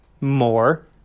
more